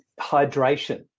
hydration